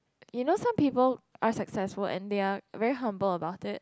you know some people are successful and they are very humble about it